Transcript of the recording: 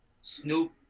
Snoop